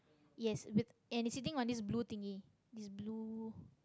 yes with and he's sitting on this blue thingy this blue